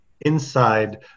inside